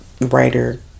writer